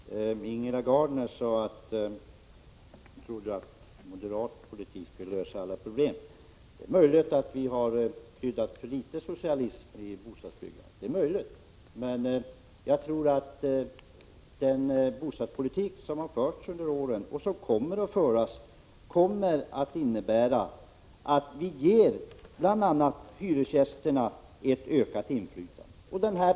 Herr talman! Ingela Gardner sade att hon trodde att moderat politik skulle lösa alla problem. Det är möjligt att vi har kryddat med för litet socialism i bostadsbyggandet, men jag tror att den bostadspolitik som har förts under åren och som kommer att föras innebär bl.a. att vi ger hyresgästerna ett ökat inflytande.